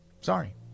Sorry